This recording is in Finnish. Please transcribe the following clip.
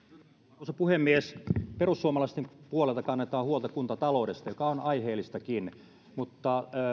arvoisa puhemies perussuomalaisten puolelta kannetaan huolta kuntataloudesta mikä on aiheellistakin mutta